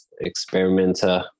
experimenter